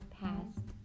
past